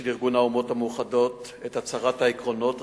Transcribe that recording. ארגון האומות המאוחדות את הצהרת עקרונות הסובלנות.